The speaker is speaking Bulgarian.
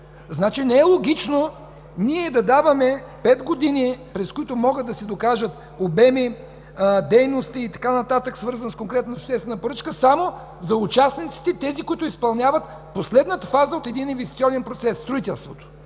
Не е логично да даваме пет години, през които могат да се докажат обеми, дейности и така нататък, свързани с конкретна обществена поръчка само за участниците – тези, които изпълняват последната фаза от един инвестиционен процес – строителството.